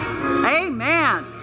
Amen